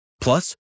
Plus